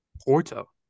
Porto